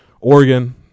Oregon